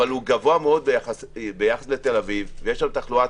אבל הוא גבוה מאוד ביחס לתל אביב ויש שם תחלואה.